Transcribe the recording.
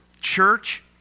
Church